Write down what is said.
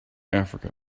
africa